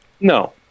No